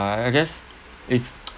I I guess it's